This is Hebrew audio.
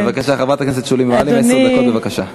בבקשה,